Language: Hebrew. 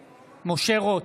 רוטמן,